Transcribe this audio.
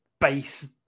base